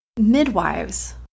Midwives